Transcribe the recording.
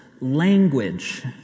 language